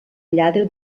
lladre